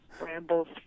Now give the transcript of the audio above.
rambles